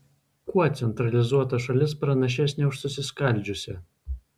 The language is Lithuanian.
kuo centralizuota šalis pranašesnė už susiskaldžiusią